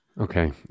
Okay